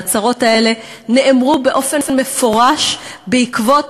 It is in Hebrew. ההצהרות האלה נאמרו באופן מפורש בעקבות